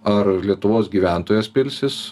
ar lietuvos gyventojas pilsis